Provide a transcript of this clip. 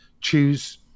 Choose